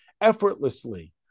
effortlessly